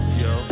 yo